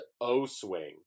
O-swing